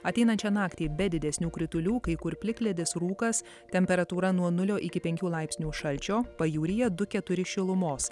ateinančią naktį be didesnių kritulių kai kur plikledis rūkas temperatūra nuo nulio iki penkių laipsnių šalčio pajūryje du keturi šilumos